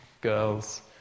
girls